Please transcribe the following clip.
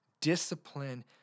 Discipline